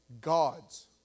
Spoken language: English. God's